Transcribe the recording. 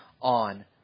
on